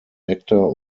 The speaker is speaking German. nektar